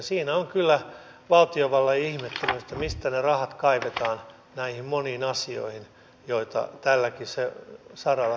siinä on kyllä valtiovallalla ihmettelemistä mistä ne rahat kaivetaan näihin moniin asioihin joita tälläkin saralla tehdään